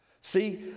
see